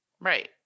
Right